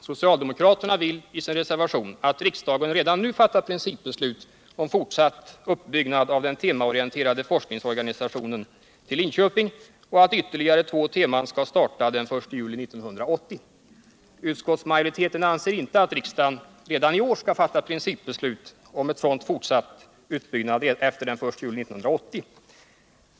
Socialdemokraterna vill i reservation nr 4 att riksdagen redan nu fattar principbeslut om fortsatt uppbyggnad av den temaorienterade forskningsorganisationen till Linköping och att ytterligare två teman skall starta den 1 juli 1980. Utskottsmajoriteten anser inte att riksdagen redan i år skall fatta principbeslut om en sådan fortsatt utbyggnad efter den 1 juli 1980.